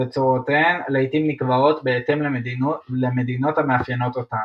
וצורותיהן לעיתים נקבעות בהתאם למדינות המאפיינות אותן.